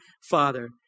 father